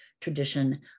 tradition